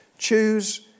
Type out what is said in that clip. choose